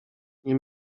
nie